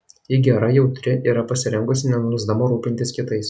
ji gera jautri yra pasirengusi nenuilsdama rūpintis kitais